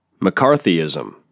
McCarthyism